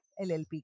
LLP